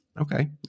Okay